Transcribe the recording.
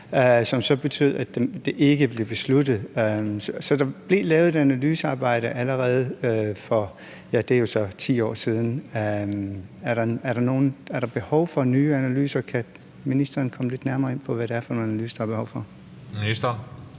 så betød, at det ikke blev besluttet. Så der blev lavet et analysearbejde allerede for 10 år siden. Er der behov for nye analyser, og kan ministeren komme lidt nærmere ind på, hvad det er for nogle analyser,